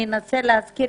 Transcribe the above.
אני אנסה להזכיר,